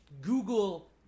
Google